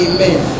Amen